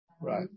Right